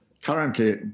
currently